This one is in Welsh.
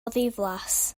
ddiflas